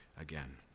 again